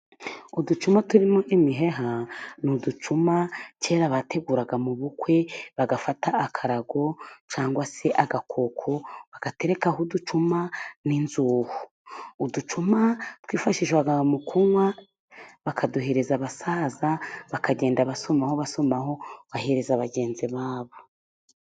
Uducuma turimo nk'imiheha ni uducuma kera bateguraga mu bukwe, bagafata akarago cyangwa se agakoko bagaterekaho uducuma n'inzuho. Uducuma twifashishwaga mu kunywa bakaduhereza abasaza, bakagenda abasomaho basomaho bahereza bagenzi babo.